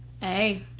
Hey